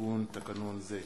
לתיקון תקנון זה.